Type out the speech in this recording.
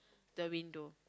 the window